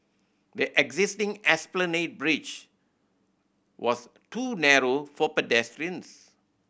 the existing Esplanade Bridge was too narrow for pedestrians